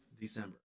December